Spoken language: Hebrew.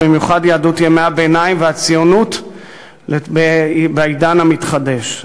במיוחד יהדות ימי-הביניים והציונות בעידן המתחדש.